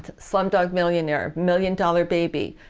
slumdog millionaire, million dollar baby,